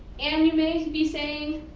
and you may be saying,